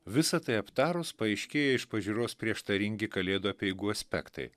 visa tai aptarus paaiškėja iš pažiūros prieštaringi kalėdų apeigų aspektai